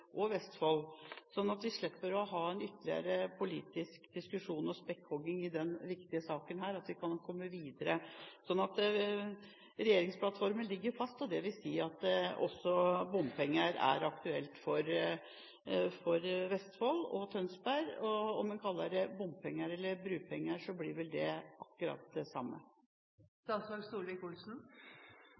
og Nøtterøy – og Vestfold – sånn at vi slipper å ha en ytterligere politisk diskusjon og spekkhogging i denne viktige saken, at vi kan komme videre. Regjeringsplattformen ligger fast, og det vil si at bompenger også er aktuelt for Vestfold – og Tønsberg. Om en kaller det bompenger eller bropenger, blir vel akkurat det